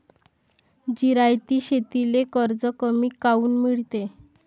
जिरायती शेतीले कर्ज कमी काऊन मिळते?